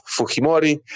Fukimori